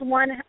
one